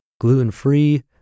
gluten-free